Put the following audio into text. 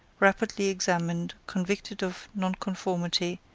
rapidly examined, convicted of nonconformity,